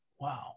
wow